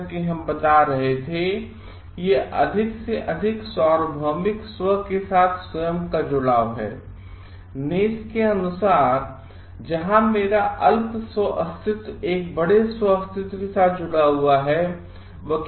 जैसा कि हम बता रहे थे कि यह अधिक से अधिक सार्वभौमिक स्व के साथ स्वयं का जुड़ाव हैनेस केअनुसार जहाँ मेरा अल्प स्व अस्तित्व एक बड़े स्व अस्तित्व केसाथ जुड़ा हुआ है